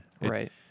Right